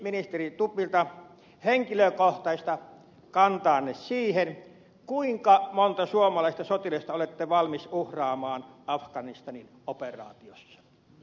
kysyisin ministeri stubbilta henkilökohtaista kantaanne siihen kuinka monta suomalaista sotilasta olette valmis uhraamaan afganistanin operaatiossa